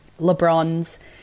LeBron's